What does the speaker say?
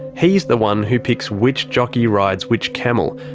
he's the one who picks which jockey rides which camel.